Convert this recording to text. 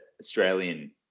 australian